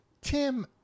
Tim